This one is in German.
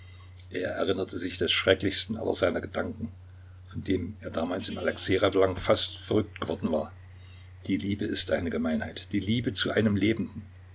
er erinnerte sich des schrecklichsten aller seiner gedanken vor dem er damals im alexej ravelin fast verrückt geworden war die liebe ist eine gemeinheit die liebe zu einem lebenden